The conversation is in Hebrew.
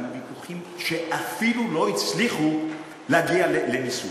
היו ויכוחים שאפילו לא הצליחו להגיע לניסוח.